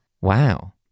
Wow